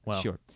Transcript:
sure